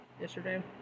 Yesterday